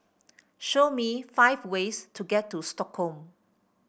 show me five ways to get to Stockholm